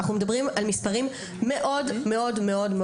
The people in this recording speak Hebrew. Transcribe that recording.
אנחנו מדברים על מספרים מאוד גבוהים.